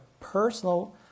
personal